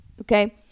okay